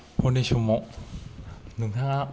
हरनि समाव नोंथाङा